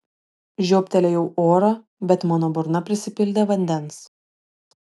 žiobtelėjau oro bet mano burna prisipildė vandens